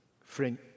Friend